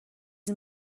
این